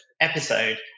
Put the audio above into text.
episode